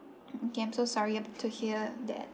okay I'm so sorry yup to hear that